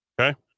Okay